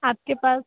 आपके पास